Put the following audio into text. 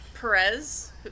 Perez